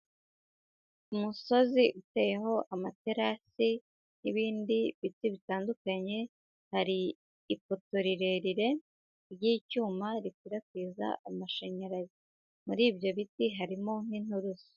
Umusozi uteyeho amaterasi n'ibindi biti bitandukanye, hari ipoto rirerire ry'icyuma rikwirakwiza amashanyarazi. Muri ibyo biti harimo n'inturusu.